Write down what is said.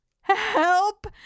Help